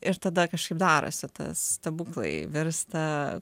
ir tada kažkaip darosi tas stebuklai virsta